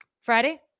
friday